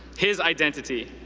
his identity,